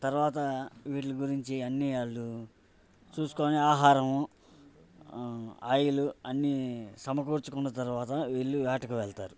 తర్వాత వీటి గురించి అన్ని వాళ్ళు చూసుకుని ఆహారము ఆయిలు అన్నీ సమకూర్చుకున్న తర్వాత వీళ్ళు వేటకు వెళ్తారు